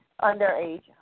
underage